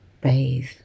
bathe